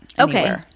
Okay